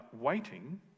Waiting